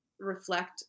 Reflect